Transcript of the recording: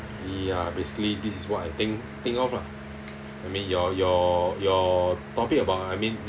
ya basically this is what I think think of lah I mean you're you're you're talking about I mean